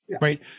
Right